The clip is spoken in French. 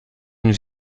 nous